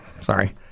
sorry